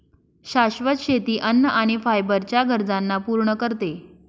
शाश्वत शेती अन्न आणि फायबर च्या गरजांना पूर्ण करते